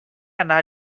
anar